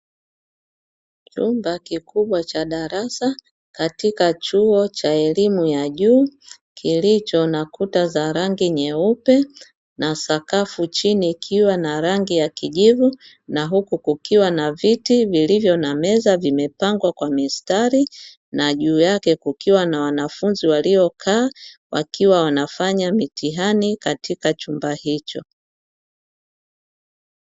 Chumba kikubwa cha darasa katika chuo cha elimu ya juu, kilicho na kuta za rangi nyeupe na sakafu chini ikiwa na rangi ya kijivu, na huku kukiwa na viti vilivyo na meza vimepangwa kwa mistari na juu yake kukiwa na wanafunzi walio kaa wakiwa wanafanya mitihani katika chumba hicho.